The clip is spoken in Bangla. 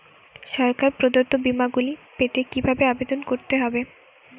সরকার প্রদত্ত বিমা গুলি পেতে কিভাবে আবেদন করতে হবে?